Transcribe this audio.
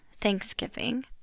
Thanksgiving